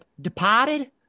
departed